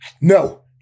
No